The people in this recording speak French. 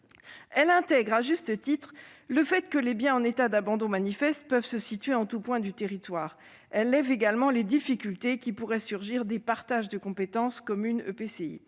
Elle intègre à juste titre le fait que les biens en état d'abandon manifeste peuvent se situer en tout point du territoire. Elle lève également les difficultés qui pourraient surgir des partages de compétences entre communes et EPCI.